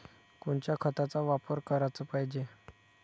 कोनच्या खताचा वापर कराच पायजे?